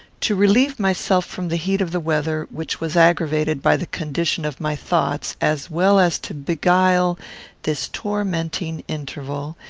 to relieve myself from the heat of the weather, which was aggravated by the condition of my thoughts, as well as to beguile this tormenting interval,